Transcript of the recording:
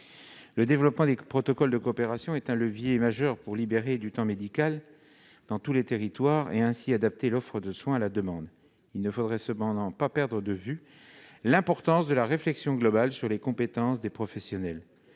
Le développement des protocoles de coopération est un levier majeur pour libérer du temps médical dans tous les territoires et, ainsi, adapter l'offre de soins à la demande. Il ne faudrait cependant pas perdre de vue la nécessité d'une réflexion globale sur les compétences des professionnels